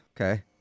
okay